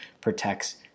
protects